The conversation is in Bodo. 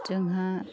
जोंहा